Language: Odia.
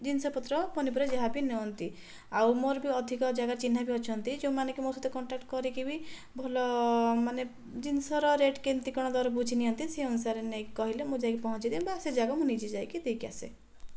ଜିନିଷପତ୍ର ପନିପରିବା ଯାହାବି ନିଅନ୍ତି ଆଉ ମୋର ବି ଅଧିକ ଜାଗା ଚିହ୍ନା ବି ଅଛନ୍ତି ଯେଉଁମାନେକି ମୋ ସହିତ କଣ୍ଟାକ୍ତ କରିକି ବି ଭଲ ମାନେ ଜିନିଷର ରେଟ୍ କେମିତି କଣ ଦର ବୁଝିନିଅନ୍ତି ସେ ଅନୁସାରେ ନେଇକି କହିଲେ ମୁଁ ଯାଇକି ପହୁଞ୍ଚାଇଦିଏ ବା ସେଇ ଜାଗାକୁ ମୁଁ ନିଜେ ଯାଇକି ଦେଇକି ଆସେ